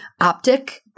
optic